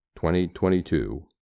2022